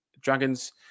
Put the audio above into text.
Dragons